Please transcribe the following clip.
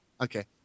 Okay